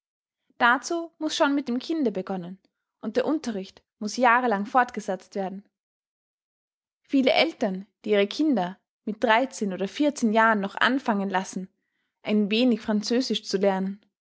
dazu muß schon mit dem kinde begonnen und der unterricht muß jahrelang fortgesetzt werden viele eltern die ihre kinder mit dreizehn oder vierzehn jahren noch anfangen lassen ein wenig französisch zu lernen